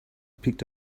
picked